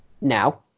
now